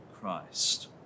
Christ